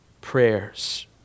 prayers